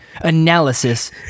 analysis